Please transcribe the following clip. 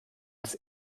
des